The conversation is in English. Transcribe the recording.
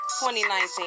2019